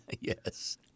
Yes